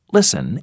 Listen